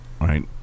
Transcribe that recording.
Right